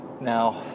Now